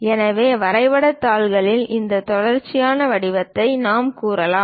எனவே வரைபடத் தாள்களில் இந்த தொடர்ச்சியான வடிவத்தை நாம் கூறலாம்